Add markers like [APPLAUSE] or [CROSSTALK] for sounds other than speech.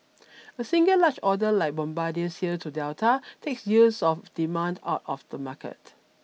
[NOISE] a single large order like Bombardier's sale to Delta takes years of demand out of the market